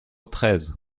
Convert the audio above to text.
treize